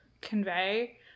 convey